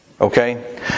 Okay